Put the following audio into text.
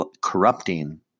corrupting